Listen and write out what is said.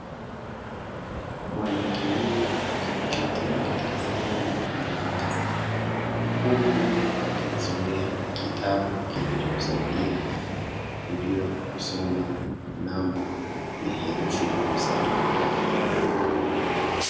Mwanamke huyu ameketi katika sehemu yenye uwazi, huku akijisomea kitabu kinacho msaidia kujua kusoma namba na herufi, kwa msaada wa midoli.